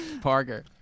Parker